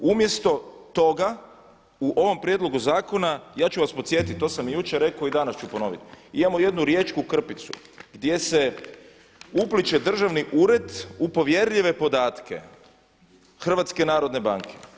Umjesto toga u ovom prijedlogu zakona, ja ću vas podsjetiti, to sam i jučer rekao i danas ću ponoviti, imamo jednu riječku krpicu gdje se upliće državni ured u povjerljive podatke HNB-a.